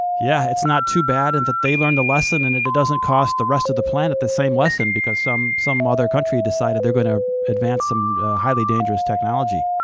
yeah, it's not too bad, and that they learned a lesson, and it doesn't cost the rest of the planet the same lesson because some some other country decided they're going to advance some highly dangerous technology.